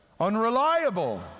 unreliable